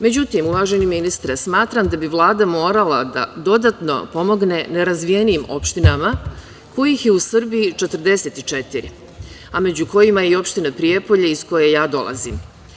Međutim, uvaženi ministre, smatram da bi Vlada morala dodatno da pomogne nerazvijenim opštinama kojih je u Srbiji 44, a među kojima je i opština Prijepolje iz koje ja dolazim.